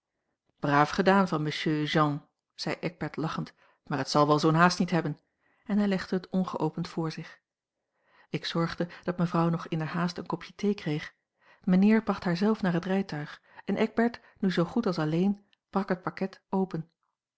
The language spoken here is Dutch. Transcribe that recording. braaf gedaan van monsieur jean zei eckbert lachend maar het zal wel zoo'n haast niet hebben en hij legde het ongeopend voor zich ik zorgde dat mevrouw nog inderhaast een kopje thee kreeg mijnheer bracht haar zelf naar het rijtuig en eckbert nu zoo goed als alleen brak het pakket open